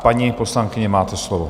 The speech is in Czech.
Paní poslankyně, máte slovo.